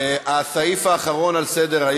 ליישום המדיניות הכלכלית לשנות התקציב 2015 ו-2016),